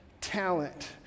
talent